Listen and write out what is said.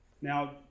now